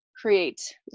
create